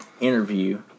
interview